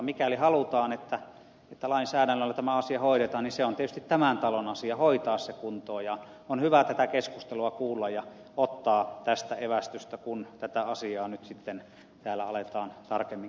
mikäli halutaan että lainsäädännöllä tämä asia hoidetaan niin se on tietysti tämän talon asia hoitaa se kuntoon ja on hyvä tätä keskustelua kuulla ja ottaa tästä evästystä kun tätä asiaa nyt sitten täällä aletaan tarkemmin käsitellä